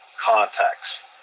contacts